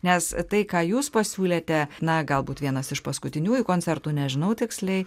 nes tai ką jūs pasiūlėte na galbūt vienas iš paskutiniųjų koncertų nežinau tiksliai